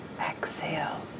exhale